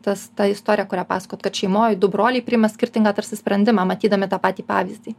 tas ta istorija kurią pasakojot kad šeimoj du broliai priima skirtingą tarsi sprendimą matydami tą patį pavyzdį